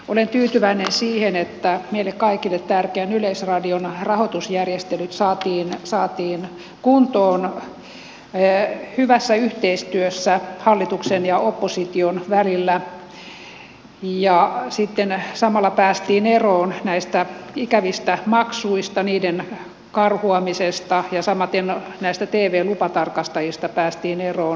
olen tyytyväinen siihen että meille kaikille tärkeän yleisradion rahoitusjärjestelyt saatiin kuntoon hyvässä yhteistyössä hallituksen ja opposition välillä ja sitten samalla päästiin eroon näistä ikävistä maksuista niiden karhuamisesta ja samaten näistä tv lupatarkastajista päästiin eroon